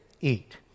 eat